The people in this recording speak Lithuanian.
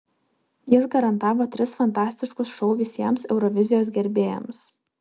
jis garantavo tris fantastiškus šou visiems eurovizijos gerbėjams